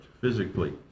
physically